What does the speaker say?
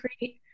great